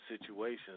Situations